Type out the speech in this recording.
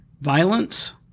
violence